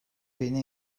beni